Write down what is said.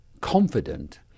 confident